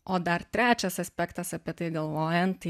o dar trečias aspektas apie tai galvojant